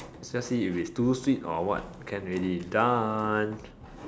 just see if is too sweet or what can already done